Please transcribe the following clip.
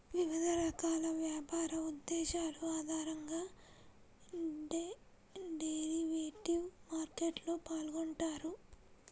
వివిధ రకాల వ్యాపార ఉద్దేశాల ఆధారంగా డెరివేటివ్ మార్కెట్లో పాల్గొంటారు